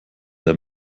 der